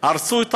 הרסו את